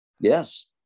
Yes